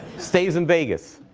stays in vegas.